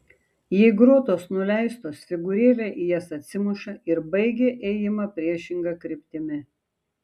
jei grotos nuleistos figūrėlė į jas atsimuša ir baigia ėjimą priešinga kryptimi